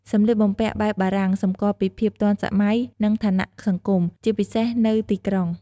សម្លៀកបំពាក់បែបបារាំងសម្គាល់ពីភាពទាន់សម័យ និងឋានៈសង្គម ជាពិសេសនៅទីក្រុង។